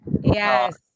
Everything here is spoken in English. Yes